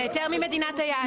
היתר ממדינת היעד.